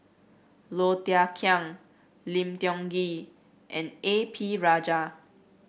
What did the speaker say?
Low Thia Khiang Lim Tiong Ghee and A P Rajah